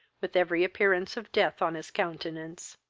with every appearance of death on his countenance.